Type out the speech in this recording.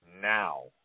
now